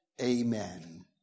Amen